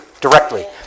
directly